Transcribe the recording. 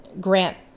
grant